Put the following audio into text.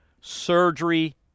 surgery